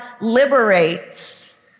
liberates